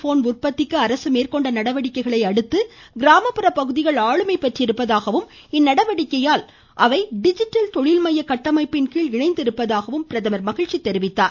phone உற்பத்திக்கு அரசு மேற்கொண்ட நடவடிக்கைகளை அடுத்து கிராமப்புற பகுதிகள் ஆளுமை பெற்றிருப்பதாகவும் இந்நடவடிக்கையால் அவை டிஜிட்டல் தொழில்மைய கட்டமைப்பின் கீழ் இணைந்திருப்பதாகவும் குறிப்பிட்டார்